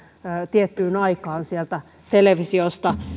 tiettyyn aikaan sieltä televisiosta